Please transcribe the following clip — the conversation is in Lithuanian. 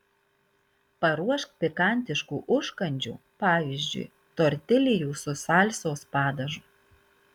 paruošk pikantiškų užkandžių pavyzdžiui tortiljų su salsos padažu